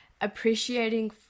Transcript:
appreciating